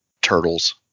turtles